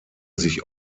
sich